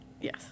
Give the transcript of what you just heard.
Yes